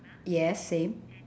yes same